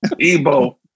Ebo